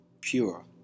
pure